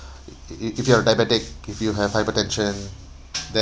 i~ i~ if you are diabetic if you have hypertension